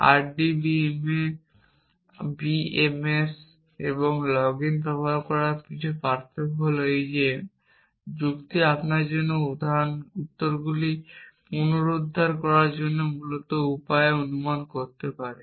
RDBA BMS এবং login ব্যবহার করার মতো কিছুর মধ্যে পার্থক্য হল যে যুক্তি আপনার জন্য উত্তরগুলি পুনরুদ্ধার করার জন্য মূলত উপায়ে অনুমান করতে পারে